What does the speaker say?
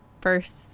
first